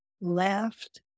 left